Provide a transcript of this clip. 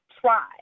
try